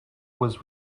was